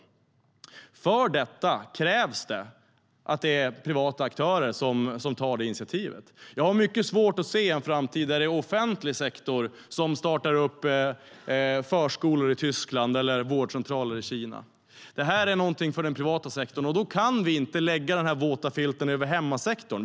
För detta krävs att det är privata aktörer som tar initiativet. Jag har mycket svårt att se en framtid där det är svensk offentlig sektor som startar upp förskolor i Tyskland eller vårdcentraler i Kina. Det här är någonting för den privata sektorn, och då kan vi inte lägga den här våta filten över hemmasektorn.